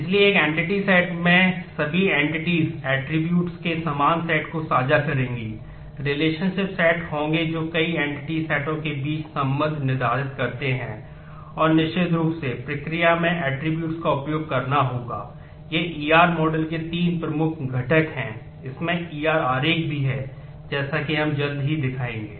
इसलिए एक entity set के 3 प्रमुख घटक हैं इसमें ER आरेख भी है जैसा कि हम जल्द ही दिखाएंगे